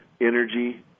energy